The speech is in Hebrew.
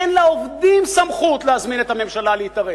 אין לעובדים סמכות להזמין את הממשלה להתערב,